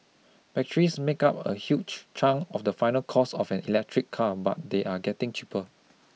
batteries make up a huge chunk of the final cost of an electric car but they are getting cheaper